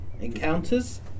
encounters